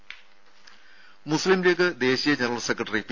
രും മുസ്ലിംലീഗ് ദേശീയ general secretary P